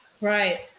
right